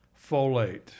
folate